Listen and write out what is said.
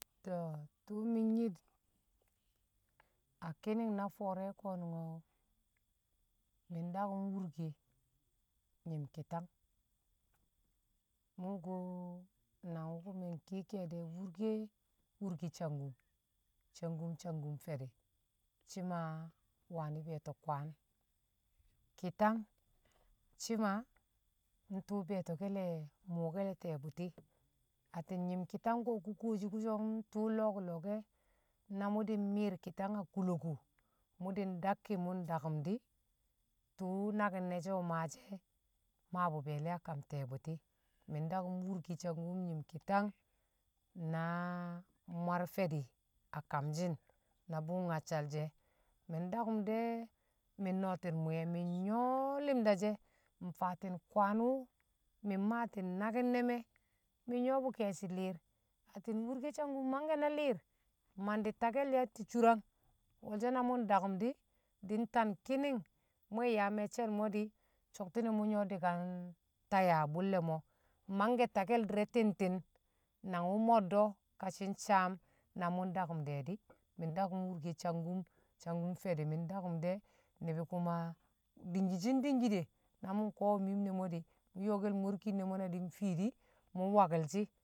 to tṵṵ mi̱n nyed a ki̱ni̱na na fo̱o̱re̱ ko̱nṵngo̱ mi̱ ndakṵm wurke nyi̱m ki̱tang mṵ kṵwo̱ nang wṵ mi̱ nkiye ke̱e̱di̱ e̱ wurke, wurke sangkum. sangkum angkum fe̱di̱ shi̱ ma wani̱ be̱e̱to̱ kwang, ki̱tang shi̱ ma ntṵṵ be̱e̱to̱ke̱le̱ bo̱ke̱l le̱ tiye̱ bṵti̱ atti̱n nyi̱m. Ki̱yang ko̱ kṵ kuwoshi kṵ so nti̱ṵṵ lo̱o̱k lo̱o̱k o̱ na mṵ di̱ mni̱i̱r ki̱tang a kuloku mu̱di̱n ndakki̱ mṵ ndakum di̱ tṵṵ naki̱n she̱ wṵ maashi̱ e̱ mmaabṵ be̱e̱le̱ a kam ti̱ye̱ bṵti̱ mi̱ ndakṵm wurke sangkum nyim ki̱tang na mwar fe̱di̱ a kamshi̱n na bu̱m nyaccal she̱ mi̱ ndakṵm de̱ mi̱ nno̱o̱ti̱n muye̱ mi̱ nyṵwo̱ li̱mda she̱ mfaati̱n kwaan wṵ mi̱ mmaati̱n naki̱n ne̱ me̱ mi̱ nyṵwo̱bṵ ke̱e̱shi̱ li̱i̱r, atti̱n wurke sangkum mangke̱ na li̱i̱r mandi̱ take̱l yatti̱ curang wolsho̱ na mṵ ndakṵm di̱, di̱ ntanki̱ni̱ng mu nyaa me̱cce̱l mo̱ di̱ so̱kti̱ne̱ mṵ nyo di̱n ntaya a bṵlle̱ mo̱ mangke̱ take̱l di̱re̱ ti̱m ti̱m nang wṵ mondo ka shi̱n saam na mṵ dakṵm de̱ di̱, mi̱ ndakum sangkum, sangkum fe̱di̱ mi̱n dakṵm de̱, ni̱bi̱ kuma dingki shi̱n dingki de̱ na mu ko̱we̱ miim ne̱ mo̱ di̱ yo̱ke̱l morkin ne̱ mo na di̱ nfii di̱ mṵ nwaki̱l shi.